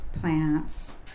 plants